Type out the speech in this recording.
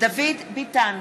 דוד ביטן,